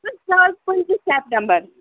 زٕ ساس پٕنٛژٕ سٮ۪ٹمبر